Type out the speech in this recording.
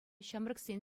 ҫамрӑксен